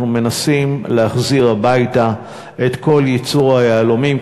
אנחנו מנסים להחזיר הביתה את כל ייצור היהלומים,